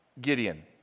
Gideon